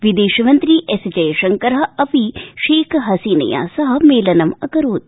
विदेशमन्त्री एस जयशंकर अपि शेख हसीनया सह मेलनं अकरोत्